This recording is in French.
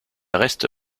reste